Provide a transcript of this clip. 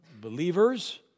believers